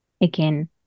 again